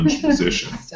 position